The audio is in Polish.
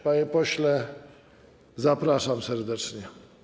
Panie pośle, zapraszam serdecznie.